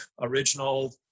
original